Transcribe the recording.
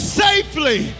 safely